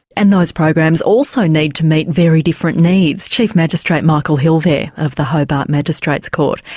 and those programs also need to meet very different needs. chief magistrate michael hill there, of the hobart magistrate's court.